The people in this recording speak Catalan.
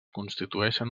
constitueixen